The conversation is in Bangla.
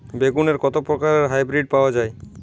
বেগুনের কত প্রকারের হাইব্রীড পাওয়া যায়?